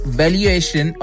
valuation